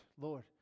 Lord